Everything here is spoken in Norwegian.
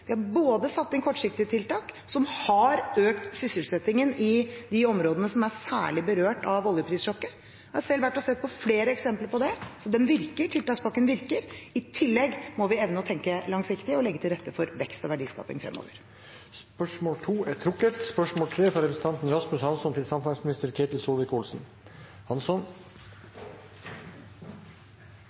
Vi har satt inn kortsiktige tiltak, som har økt sysselsettingen i de områdene som er særlig berørt av oljeprissjokket – jeg har selv vært og sett på flere eksempler på det, så det virker – tiltakspakken virker. I tillegg må vi evne å tenke langsiktig og legge til rette for vekst og verdiskaping fremover. Fra representanten Heikki Eidsvoll Holmås til samferdselsministeren: «Vi er